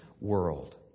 world